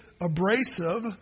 abrasive